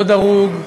עוד הרוג,